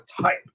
type